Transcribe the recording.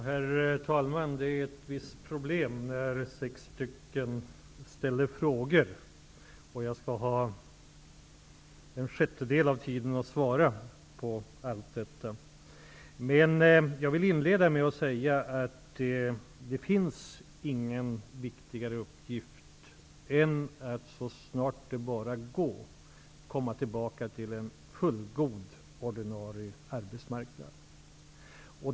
Herr talman! Det är ett visst problem när sex personer ställer frågor och jag har en sjättedel av tiden för att svara på dessa. Men jag vill inleda med att säga att det inte finns någon viktigare uppgift än att arbeta för att vi så snart det bara går skall komma tillbaka till en fullgod ordinarie arbetsmarknad.